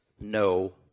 no